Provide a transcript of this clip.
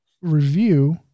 review